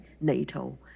NATO